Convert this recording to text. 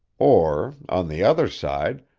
or, on the other side,